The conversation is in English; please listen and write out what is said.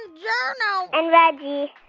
ah yeah you know and reggie.